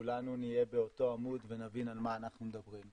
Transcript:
שכולנו נהיה באותו עמוד ונבין על מה אנחנו מדברים.